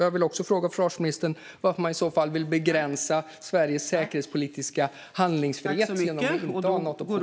Jag vill också fråga försvarsministern varför man vill begränsa Sveriges säkerhetspolitiska handlingsfrihet genom att inte ha en Natooption.